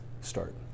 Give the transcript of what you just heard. start